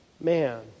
man